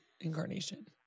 incarnation